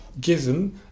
given